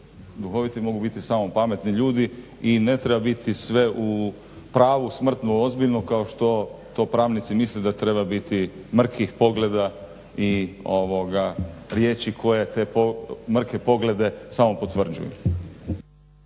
duhoviti mogu biti samo pametni ljudi i ne treba biti sve u pravu smrtno ozbiljno kao što to pravnici misle da treba biti mrkih pogleda i riječi koje te mrke poglede samo potvrđuju.